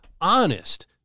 honest